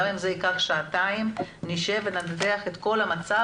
וגם אם זה ייקח שעתיים נשב וננתח את כל המצב